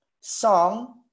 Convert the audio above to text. song